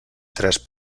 tres